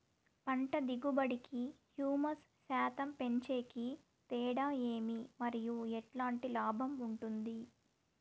పంట దిగుబడి కి, హ్యూమస్ శాతం పెంచేకి తేడా ఏమి? మరియు ఎట్లాంటి లాభం ఉంటుంది?